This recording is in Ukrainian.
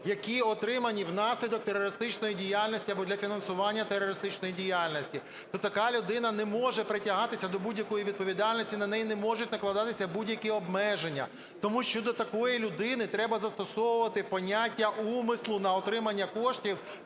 які отримані внаслідок терористичної діяльності або для фінансування терористичної діяльності, то така людина не може притягатися до будь-якої відповідальності, на неї не можуть накладатися будь-які обмеження. Тому що до такої людини треба застосовувати поняття умислу на отримання коштів,